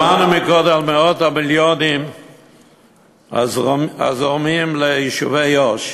שמענו קודם על מאות המיליונים הזורמים ליישובי יו"ש,